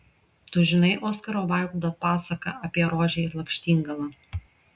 tu žinai oskaro vaildo pasaką apie rožę ir lakštingalą